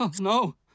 no